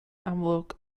amlwg